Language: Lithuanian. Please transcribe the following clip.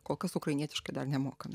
kol kas ukrainietiškai dar nemokam